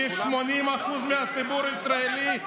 כי 80% מהציבור הישראלי,